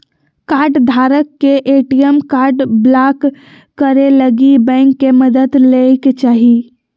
कार्डधारक के ATM card block करे लगी बैंक के मदद लय के चाही